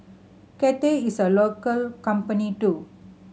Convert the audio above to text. Cathay is a local company too